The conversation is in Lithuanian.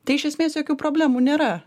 tai iš esmės jokių problemų nėra